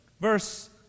verse